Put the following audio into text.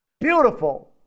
Beautiful